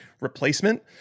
replacement